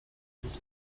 kids